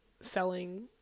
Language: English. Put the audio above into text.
selling